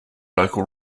local